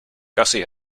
gussie